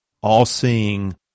all-seeing